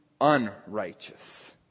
unrighteous